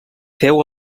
féu